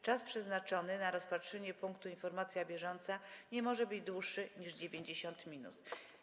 Czas przeznaczony na rozpatrzenie punktu: Informacja bieżąca nie może być dłuższy niż 90 minut.